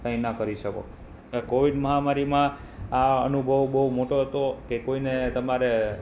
કંઈ ના કરી શકો કોવીડ મહામારીમાં આ અનુભવ બહુ મોટો હતો કે કોઈને તમારે